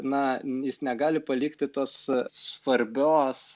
na jis negali palikti tos svarbios